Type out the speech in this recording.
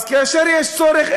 אז כאשר יש צורך,